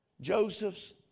Joseph's